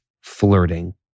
flirting